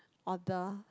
order